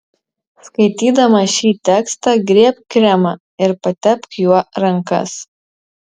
skaitydama šį tekstą griebk kremą ir patepk juo rankas